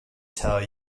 tell